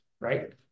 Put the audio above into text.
right